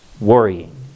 Worrying